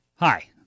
Hi